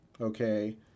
okay